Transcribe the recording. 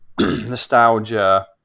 nostalgia